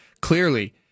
clearly